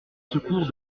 secours